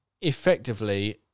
effectively